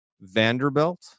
vanderbilt